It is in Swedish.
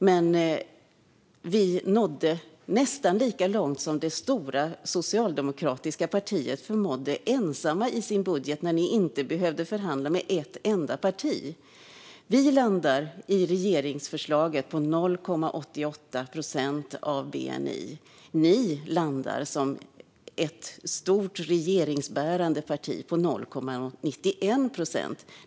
Men vi nådde nästan lika långt som det stora socialdemokratiska partiet ensamt förmådde i sin budget när man inte behövde förhandla med ett enda parti. Vi landar i regeringsförslaget på 0,88 procent av bni. Ni landar som stort regeringsbärande parti på 0,91 procent.